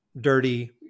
dirty